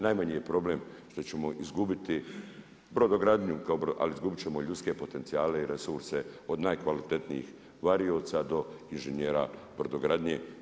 Najmanji je problem što ćemo izgubiti brodogradnju, ali izgubiti ćemo i ljudske potencijale i resurse od najkvalitetnijih varioca do inženjera brodogradnje.